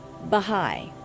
Baha'i